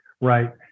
right